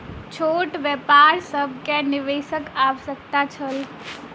छोट व्यापार सभ के निवेशक आवश्यकता छल